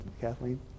Kathleen